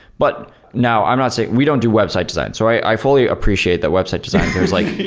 but now i'm not saying we don't do website design, so i fully appreciate that website designers there's like,